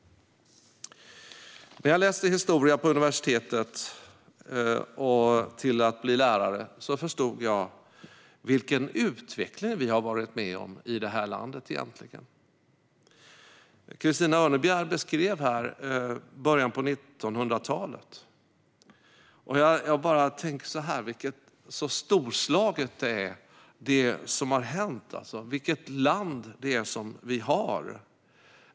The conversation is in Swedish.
När jag läste historia på universitetet för att bli lärare förstod jag vilken utveckling vi har varit med om i det här landet. Christina Örnebjär beskrev början av 1900-talet. Jag bara tänker så här: Så storslaget det som har hänt är! Vilket land vi har!